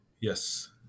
Yes